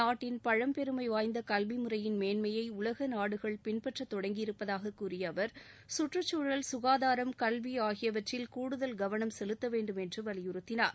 நாட்டின் பழம்பெருமைவாய்ந்த கல்வி முறையின் மேன்மையை உலக நாடுகள் பின்பற்ற தொடங்கி இருப்பதாக கூறிய அவர் கற்றுச்சூழல் ககாதாரம் கல்வி ஆகிவற்றில் கூடுதல் கவனம் செலுத்தவேண்டும் என்று வலியுறுத்தினார்